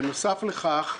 בנוסף לכך,